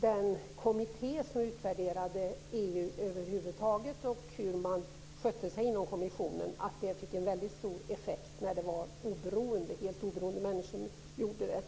Den kommitté som utvärderade EU över huvud taget och hur man skötte sig inom kommissionen fick ju en väldigt stor effekt när det var helt oberoende människor inblandade.